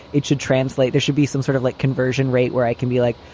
it should translate. there should be some sort of like conversion rate where i can be like,